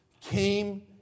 came